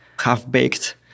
half-baked